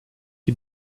you